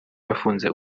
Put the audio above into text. yafunze